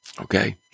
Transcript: Okay